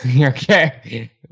Okay